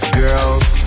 girls